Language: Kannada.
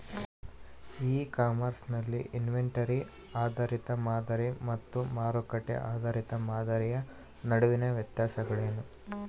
ಇ ಕಾಮರ್ಸ್ ನಲ್ಲಿ ಇನ್ವೆಂಟರಿ ಆಧಾರಿತ ಮಾದರಿ ಮತ್ತು ಮಾರುಕಟ್ಟೆ ಆಧಾರಿತ ಮಾದರಿಯ ನಡುವಿನ ವ್ಯತ್ಯಾಸಗಳೇನು?